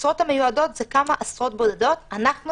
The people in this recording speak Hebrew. המשרות המיועדות הן כמה עשרות בודדות ואנחנו